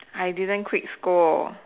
I didn't quit school